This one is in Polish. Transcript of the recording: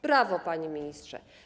Brawo, panie ministrze!